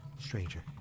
Stranger